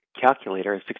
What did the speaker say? Calculator